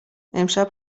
امشب